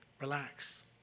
Relax